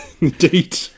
Indeed